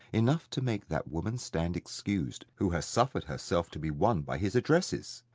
enough to make that woman stand excused who has suffered herself to be won by his addresses.